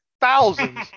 Thousands